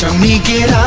me get